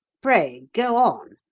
pray go on,